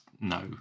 no